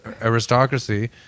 aristocracy